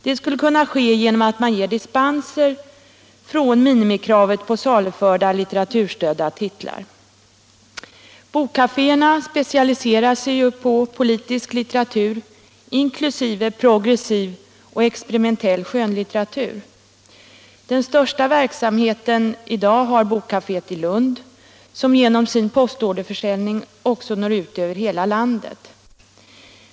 Det skulle kunna ske genom att man ger dispenser från minimikravet på saluförda litteraturstödda titlar. Bokkaféerna specialiserar sig på politisk litteratur inklusive progressiv och experimentell skönlitteratur. Den största verksamheten har i dag bokkaféet i Lund, som genom sin postorderförsäljning också når ut över hela landet.